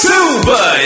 Super